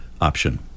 option